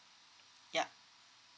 yup